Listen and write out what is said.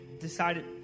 decided